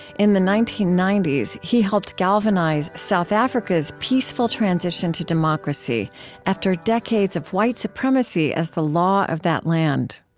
in the nineteen ninety s, he helped galvanize south africa's peaceful transition to democracy after decades of white supremacy as the law of that land.